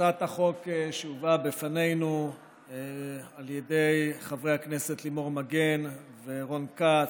הצעת החוק שהובאה בפנינו על ידי חברי הכנסת לימור מגן ורון כץ,